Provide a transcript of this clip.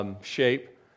shape